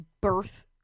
birth